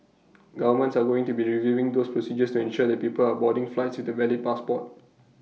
governments are going to be reviewing those procedures to ensure that people are boarding flights with A valid passport